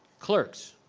clerks.